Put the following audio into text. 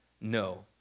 No